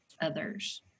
others